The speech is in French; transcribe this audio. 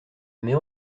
mais